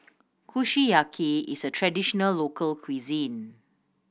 kushiyaki is a traditional local cuisine